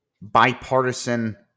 bipartisan